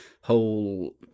whole